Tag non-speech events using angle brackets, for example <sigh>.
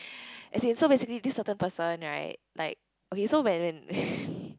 <breath> as in basically this certain person [right] like okay so when when <breath>